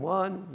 one